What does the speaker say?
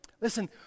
listen